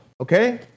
okay